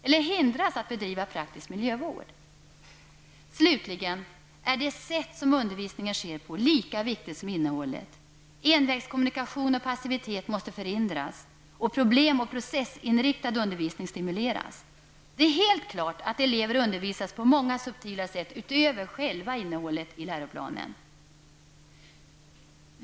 Eller man kanske hindras från att bedriva praktisk miljövård. Slutligen anser vi att det sätt som undervisningen sker på lika viktigt som innehållet. Envägskommunikation och passivitet måste förhindras och problem och processinriktad undervisning stimuleras. Det är helt klart att elever undervisas på många subtila sätt, inte bara enligt innehållet i läroplanen.